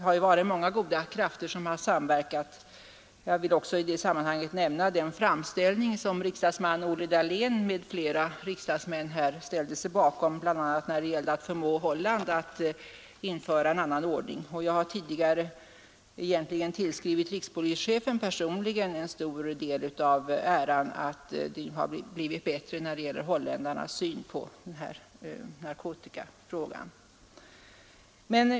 Jag vill i det här sammanhanget också nämna den framställning som riksdagsman Olle Dahlén m.fl. riksdagsmän ställde sig bakom, bl.a. när det gällde att förmå Holland att införa en annan ordning. Jag har tidigare tillskrivit rikspolischefen personligen en stor del av äran av att det har blivit bättre i fråga om holländarnas syn på narkotikafrågan.